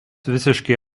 visiškai